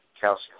calcium